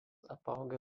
apaugę